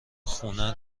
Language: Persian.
خونه